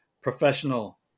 professional